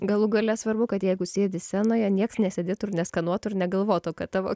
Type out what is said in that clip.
galų gale svarbu kad jeigu sėdi scenoje nieks nesėdėtų ir neskanuotų ir negalvotų kad tavo